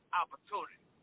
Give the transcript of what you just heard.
opportunity